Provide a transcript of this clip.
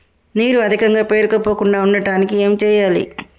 నీరు అధికంగా పేరుకుపోకుండా ఉండటానికి ఏం చేయాలి?